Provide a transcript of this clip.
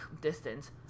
distance